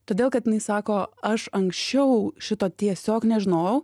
todėl kad jinai sako aš anksčiau šito tiesiog nežinojau